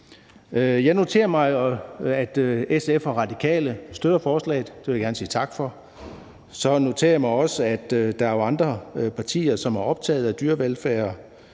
Jeg noterer mig, at SF og Radikale støtter forslaget, og det vil jeg gerne sige tak for. Så noterer jeg mig også, at der er andre partier, som er optaget af dyrevelfærd